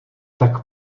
tak